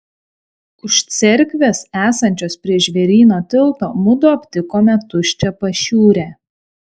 už cerkvės esančios prie žvėryno tilto mudu aptikome tuščią pašiūrę